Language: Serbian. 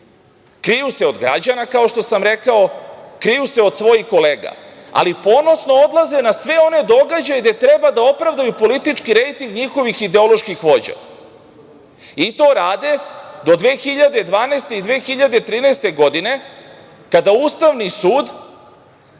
Kriju se od građana, kao što sam rekao, kriju se od svojih kolega, ali ponosno odlaze na sve one događaje gde treba da opravdaju politički rejting njihovih ideoloških vođa i to rade do 2012. i 2013. godine, kada Ustavni sud